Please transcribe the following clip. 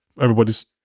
everybody's